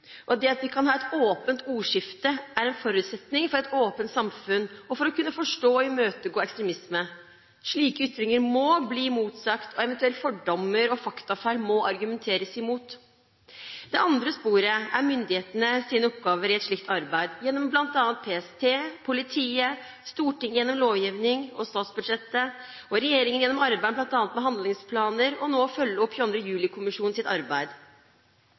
Det at vi kan ha et åpent ordskifte er en forutsetning for et åpent samfunn og for å kunne forstå og imøtegå ekstremisme. Slike ytringer må bli motsagt, og eventuelle fordommer og faktafeil må det argumenteres imot. Det andre sporet er myndighetenes oppgaver i et slikt arbeid, bl.a. gjennom PST, politiet, Stortinget, gjennom lovgivning og statsbudsjettet, og regjeringen gjennom arbeidet med bl.a. handlingsplaner og med å følge opp 22. juli-kommisjonens arbeid.